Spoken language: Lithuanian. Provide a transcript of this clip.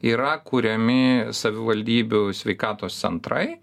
yra kuriami savivaldybių sveikatos centrai